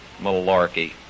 Malarkey